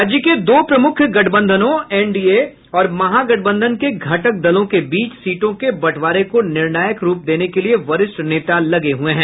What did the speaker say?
राज्य के दो प्रमुख गठबंधनों एनडीए और महागठबंधन के घटक दलों के बीच सीटों के बंटवारे को निर्णायक रूप देने के लिये वरिष्ठ नेता लगे हुए हैं